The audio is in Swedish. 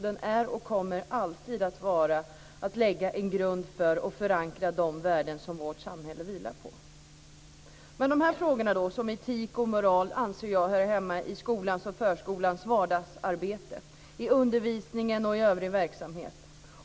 Den är och kommer alltid att lägga en grund för och förankra de värden som vårt samhälle vilar på. Jag anser att sådana frågor som etik och moral hör hemma i skolans och förskolans vardagsarbete, i undervisningen och i övrig verksamhet.